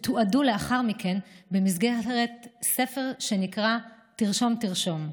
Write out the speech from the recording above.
והם תועדו לאחר מכן במסגרת ספר שנקרא "תרשום תרשום".